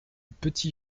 petit